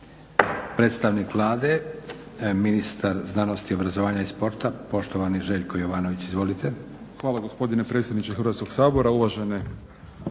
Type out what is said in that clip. Hvala gospodine predsjedniče Hrvatskog sabora,